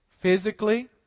Physically